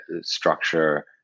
structure